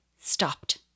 stopped